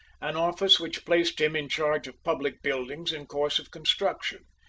an office which placed him in charge of public buildings in course of construction.